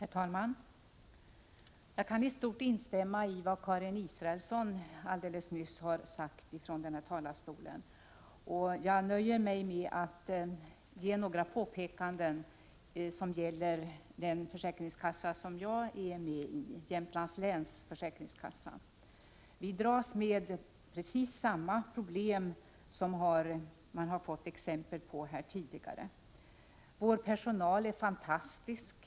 Herr talman! Jag kan i stort instämma i vad Karin Israelsson alldeles nyss har sagt ifrån denna talarstol. Jag skall nöja mig med att komma med några påpekanden som gäller den försäkringskassa som jag tillhör, Jämtlands läns försäkringskassa. Vi dras med precis samma problem som man har fått exempel på här tidigare. Vår personal är fantastisk.